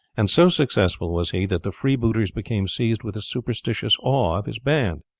and so successful was he that the freebooters became seized with a superstitious awe of his band.